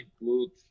include